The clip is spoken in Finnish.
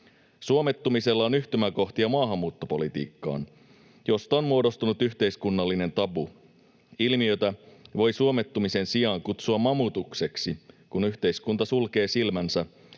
Suomettumisella on yhtymäkohtia maahanmuuttopolitiikkaan, josta on muodostunut yhteiskunnallinen tabu. Ilmiötä voi suomettumisen sijaan kutsua mamutukseksi, kun yhteiskunta sulkee silmänsä